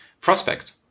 prospect